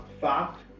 fact